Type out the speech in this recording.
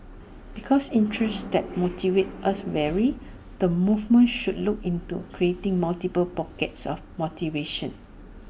because interests that motivate us vary the movement should look into creating multiple pockets of motivation